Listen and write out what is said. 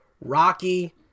rocky